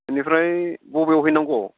इनिफ्राय बबेयाव हैनांगौ